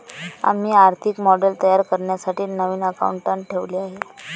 आम्ही आर्थिक मॉडेल तयार करण्यासाठी नवीन अकाउंटंट ठेवले आहे